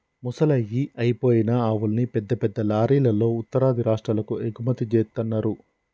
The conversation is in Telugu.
ముసలయ్యి అయిపోయిన ఆవుల్ని పెద్ద పెద్ద లారీలల్లో ఉత్తరాది రాష్టాలకు ఎగుమతి జేత్తన్నరు